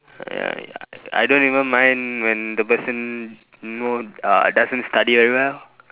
ya ya I don't even mind when the person you know uh doesn't study very well